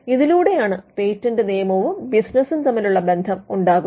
ഇതിലൂടെയാണ് പേറ്റന്റ് നിയമവും ബിസിനസും തമ്മിലുള്ള ബന്ധം ഉണ്ടാകുന്നത്